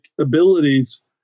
abilities